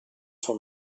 sua